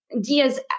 Dia's